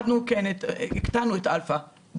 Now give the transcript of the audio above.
כן, הקטנו את אלפא...